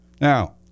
Now